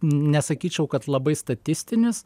nesakyčiau kad labai statistinis